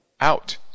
out